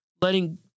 letting